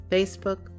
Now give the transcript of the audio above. Facebook